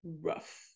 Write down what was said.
Rough